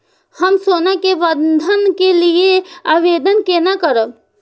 हम सोना के बंधन के लियै आवेदन केना करब?